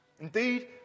Indeed